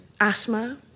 asthma